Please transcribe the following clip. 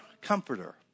comforter